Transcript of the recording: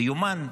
זה יומן,